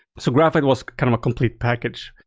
so graphite was kind of a complete package.